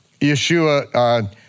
Yeshua